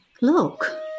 Look